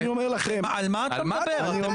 על מה אתה מדבר?